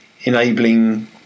enabling